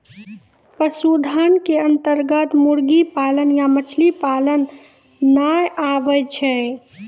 पशुधन के अन्तर्गत मुर्गी पालन या मछली पालन नाय आबै छै